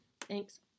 Thanks